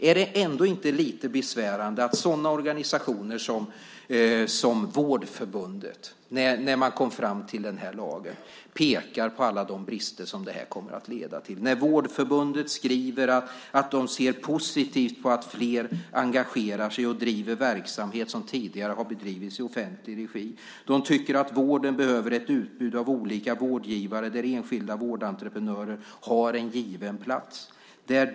Är det ändå inte lite besvärande att organisationer som Vårdförbundet när lagen togs fram pekade på alla de brister som den kommer att leda till? Vårdförbundet skriver att man ser positivt på att fler engagerar sig och driver verksamhet som tidigare har drivits i offentlig regi. De tycker att vården behöver ett utbud av olika vårdgivare där enskilda vårdentreprenörer har en given plats.